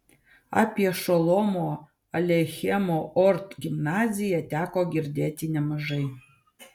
apie šolomo aleichemo ort gimnaziją teko girdėti nemažai